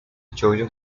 children